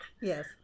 Yes